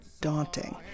daunting